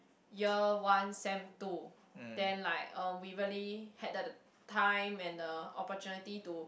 year one sem two then like uh we really had the time and the opportunity to